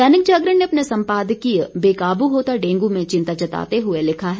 दैनिक जागरण ने अपने सम्पादकीय बेकाबू होता डेंगू में चिंता जताते हुए लिखा है